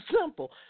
simple